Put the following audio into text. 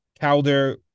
Calder